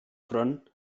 front